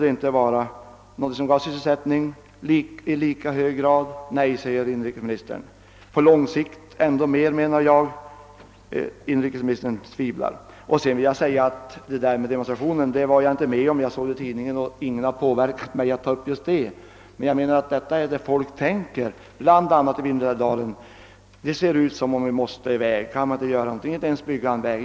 Jag menar att det skulle ge sysselsättning i ännu högre grad på lång sikt. Inrikesministern tvivlar. Sedan vill jag säga att detta med demonstrationen var jag inte med om. Jag såg det i tidningen. Ingen har påverkat mig att ta upp just det. Men folk bl.a. i Vindelälvsdalen tycker att det ser ut som de måste bort därifrån. Kan man inte göra något, kan man inte ens bygga en väg?